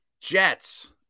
Jets